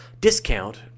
discount